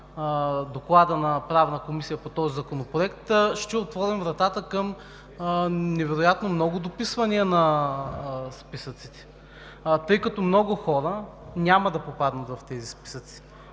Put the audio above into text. доклада на Правната комисия по този законопроект, ще отворим вратата към невероятно много дописвания на списъците, тъй като много хора няма да попаднат в тези списъци